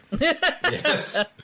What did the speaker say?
Yes